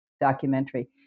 documentary